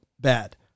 bad